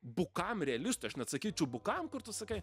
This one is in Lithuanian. bukam realistui aš net sakyčiau bukam kur tu sakai